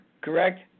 correct